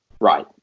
Right